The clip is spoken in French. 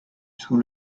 sous